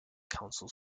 council